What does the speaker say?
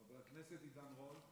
חבר הכנסת עידן רול,